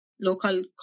local